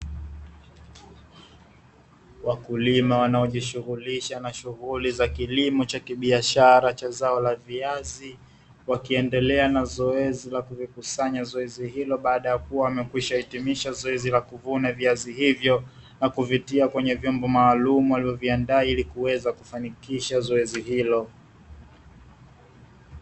Wakulima wanaojishughulisha na shughuli za kilimo cha kibiashara cha zao la viazi, wakiendelea na zoezi la kuvikusanya zoezi hilo baada ya kuwa wamekwisha hitimisha zoezi la kuvuna viazi hivyo, na kuvitia kwenye vyombo maalumu walivyoviandaa ili kuweza kufanikisha zoezi hilo.